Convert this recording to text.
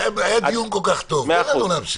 היה דיון כל כך טוב, תן לנו להמשיך.